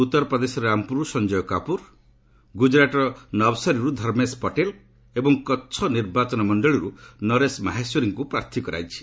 ଉତ୍ତରପ୍ରଦେଶରର ରାମପୁରରୁ ସଂଜୟ କାପୁର ଗୁଜରାଟର ନବସରିରୁ ଧର୍ମେସ୍ ପଟେଲ ଏବଂ କଛ ନିର୍ବାଚନ ମଣ୍ଡଳୀରୁ ନରେଶ ମାହେଶ୍ୱରୀଙ୍କୁ ପ୍ରାର୍ଥୀ କରାଇଛି